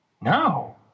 No